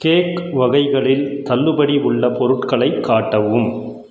cake வகைகளில் தள்ளுபடி உள்ள பொருட்களைக் காட்டவும்